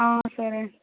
ఆ సరే అండి